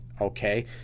okay